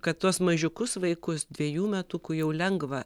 kad tuos mažiukus vaikus dvejų metukų jau lengva